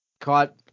caught